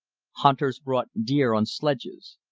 hunters brought deer on sledges.